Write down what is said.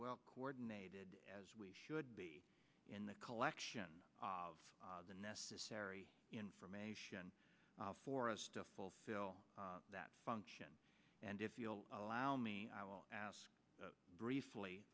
well coordinated as we should be in the collection of the necessary information for us to fulfill that function and if you'll allow me i will ask briefly